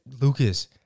Lucas